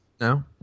No